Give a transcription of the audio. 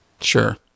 Sure